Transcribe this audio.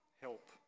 Help